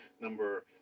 number